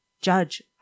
judge